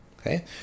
okay